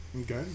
Okay